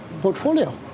portfolio